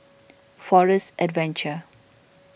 Forest Adventure